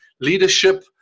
leadership